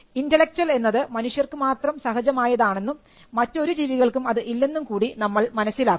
intellectual എന്നത് മനുഷ്യർക്കു മാത്രം സഹജമായതാണെന്നും മറ്റൊരു ജീവികൾക്കും അത് ഇല്ലെന്നും കൂടി നമ്മൾ മനസ്സിലാക്കുന്നു